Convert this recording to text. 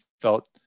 felt